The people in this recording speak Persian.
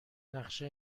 نقشه